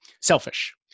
selfish